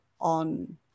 on